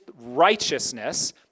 righteousness